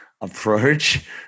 approach